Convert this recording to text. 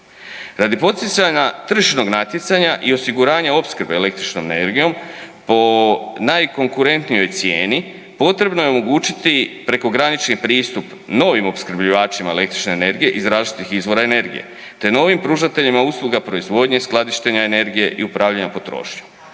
Radi poticanja tržišnog natjecanja i osiguranja opskrbe električnom energijom po najkonkurentnijoj cijeni potrebno je omogućiti prekogranični pristup novim opskrbljivačima iz različitih izvora energije te novim pružateljima usluga proizvodnje, skladištenja energije i upravljanja potrošnjom.